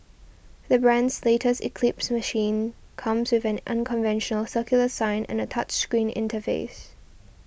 the brand's latest Eclipse machine comes with an unconventional circular sign and a touch screen interface